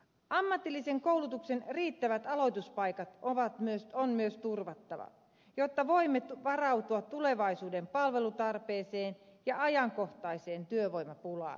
ammatillisen koulutuksen riittävät aloituspaikat on myös turvattava jotta voimme varautua tulevaisuuden palvelu tarpeeseen ja ajankohtaiseen työvoimapulaan